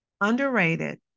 underrated